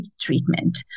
treatment